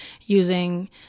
using